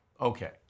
Okay